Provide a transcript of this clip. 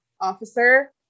officer